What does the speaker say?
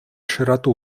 широту